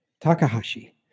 Takahashi